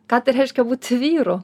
ką tai reiškia būti vyru